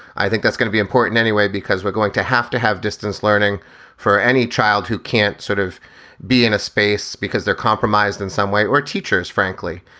i think that's going to be important anyway, because we're going to have to have distance learning for any child who can't sort of be in a space because they're compromised in some way or teachers, frankly.